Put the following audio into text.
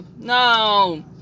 no